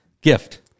gift